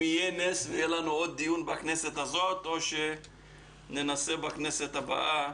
יהיה נס ויהיה לנו עוד דיון בכנסת הזאת או שננסה בכנסת הבאה